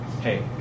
Hey